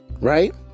right